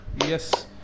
yes